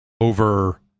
over